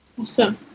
Awesome